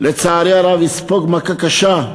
לצערי הרב, מכה קשה,